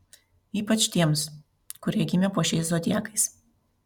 ypač tiems kurie gimė po šiais zodiakais